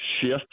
shift